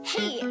Hey